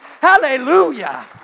Hallelujah